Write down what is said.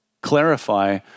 clarify